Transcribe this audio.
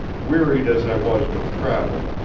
wearied as i was with travel,